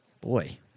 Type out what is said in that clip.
Boy